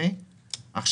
פרט לכך,